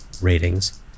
ratings